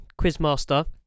Quizmaster